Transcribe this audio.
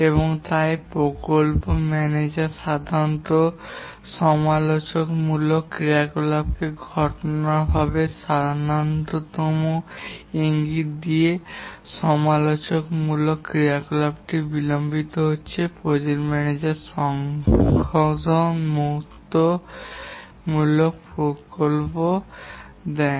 এবং তাই প্রকল্প ম্যানেজার সাধারণত সমালোচনামূলক ক্রিয়াকলাপগুলি এবং ঘটনাগতভাবে বা সামান্যতম ইঙ্গিত দিয়ে যে সমালোচনামূলক ক্রিয়াকলাপটি বিলম্বিত হচ্ছে প্রজেক্ট ম্যানেজার সংশোধনমূলক পদক্ষেপ নেয়